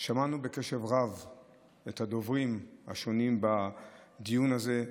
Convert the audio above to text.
שמענו בקשב רב את הדוברים השונים בדיון הזה,